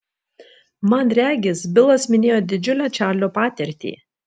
man regis bilas minėjo didžiulę čarlio patirtį